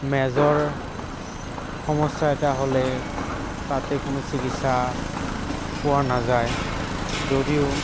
major সমস্যা এটা হ'লে তাতে কোনো চিকিৎসা পোৱা নাযায় যদিও